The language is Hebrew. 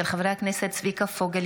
של חברי הכנסת צביקה פוגל,